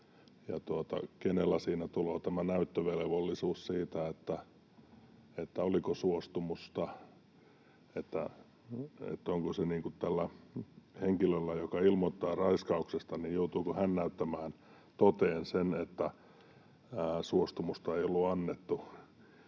kenelle siinä tulee tämä näyttövelvollisuus siitä, oliko suostumusta: Onko se tällä henkilöllä, joka ilmoittaa raiskauksesta — joutuuko hän näyttämään toteen sen, että suostumusta ei ollut annettu